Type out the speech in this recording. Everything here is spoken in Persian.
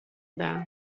دهم